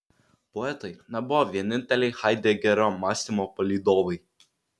poetai nebuvo vieninteliai haidegerio mąstymo palydovai